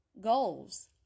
goals